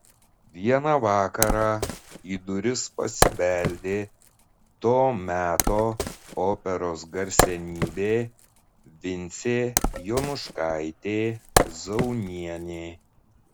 vieną vakarą į duris pasibeldė to meto operos garsenybė vincė jonuškaitė zaunienė